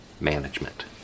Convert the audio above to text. management